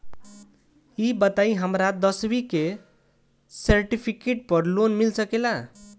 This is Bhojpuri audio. ई बताई हमरा दसवीं के सेर्टफिकेट पर लोन मिल सकेला?